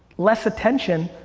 less attention,